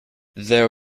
there